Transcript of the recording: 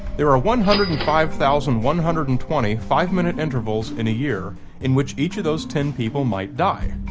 there are one hundred and five thousand one hundred and twenty five-minute intervals in a year in which each of those ten people might die.